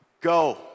Go